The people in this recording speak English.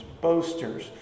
Boasters